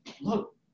look